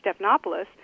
Stephanopoulos